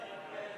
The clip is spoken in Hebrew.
ההצעה